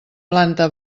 planta